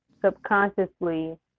subconsciously